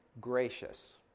gracious